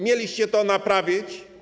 Mieliście to naprawić.